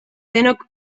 denok